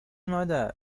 مادر